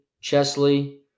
Chesley